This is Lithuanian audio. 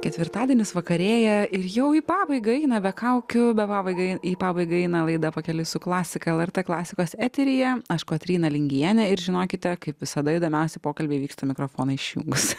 ketvirtadienis vakarėja ir jau į pabaigą eina be kaukių be pabaigai į pabaigą eina laida pakeliui su klasika lrt klasikos eteryje aš kotryna lingienė ir žinokite kaip visada įdomiausi pokalbiai vyksta mikrofoną išjungus